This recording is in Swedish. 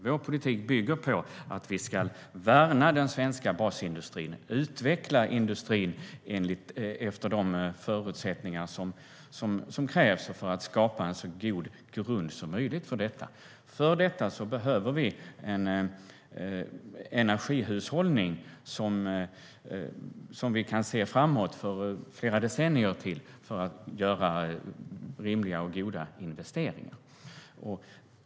Vår politik bygger på att vi ska värna den svenska basindustrin och utveckla industrin efter de förutsättningar som krävs för att skapa en så god grund som möjligt för detta. För detta behöver vi en energihushållning som vi kan se framåt för flera decennier för att göra rimliga och goda investeringar.